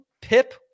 PIP